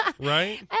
right